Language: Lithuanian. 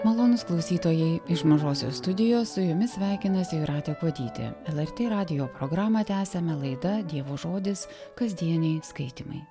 malonūs klausytojai iš mažosios studijos su jumis sveikinasi jūratė kuodytė lrt radijo programą tęsiame laida dievo žodis kasdieniai skaitymai